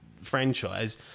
franchise